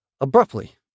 Abruptly